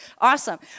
Awesome